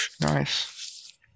Nice